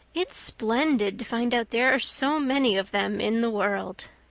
it's splendid to find out there are so many of them in the world.